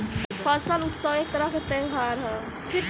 फसल उत्सव एक तरह के त्योहार ह